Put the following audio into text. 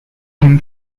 him